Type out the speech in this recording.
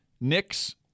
Knicks